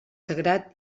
sagrat